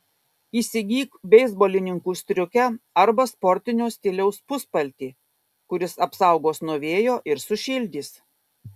įsigyk beisbolininkų striukę arba sportinio stiliaus puspaltį kuris apsaugos nuo vėjo ir sušildys